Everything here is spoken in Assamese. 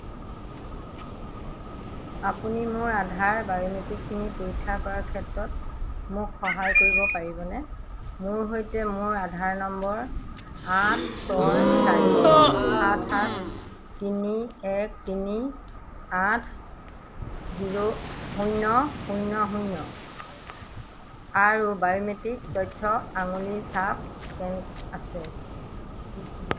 আপুনি মোৰ আধাৰ বায়োমেট্ৰিকখিনি পৰীক্ষা কৰাৰ ক্ষেত্ৰত মোক সহায় কৰিব পাৰিবনে মোৰ সৈতে মোৰ আধাৰ নম্বৰ আঠ ছয় চাৰি সাত সাত তিনি এক তিনি আঠ জিৰ' শূন্য শূন্য শূন্য আৰু বায়োমেট্ৰিক তথ্য আঙুলিৰ ছাপ স্কেন আছে